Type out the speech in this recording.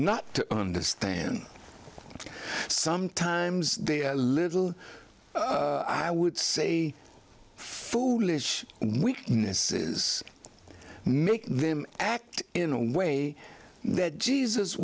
to understand sometimes they are a little i would say foolish weaknesses make them act in a way that jesus